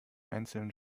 einzelnen